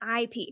IP